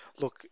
look